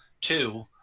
Two